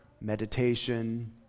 meditation